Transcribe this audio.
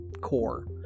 core